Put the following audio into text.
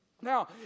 Now